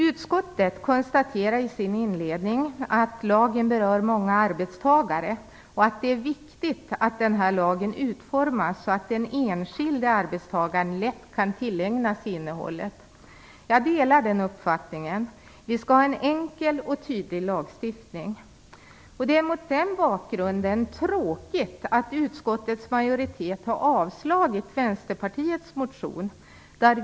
Utskottet konstaterar i sin inledning att lagen berör många arbetstagare, och att det är viktigt att lagen utformas så att den enskilde arbetstagaren lätt kan tillägna sig innehållet. Jag delar den uppfattningen. Vi skall ha en enkel och tydlig lagstiftning. Det är mot den bakgrunden tråkigt att utskottets majoritet har avstyrkt Vänsterpartiets motion.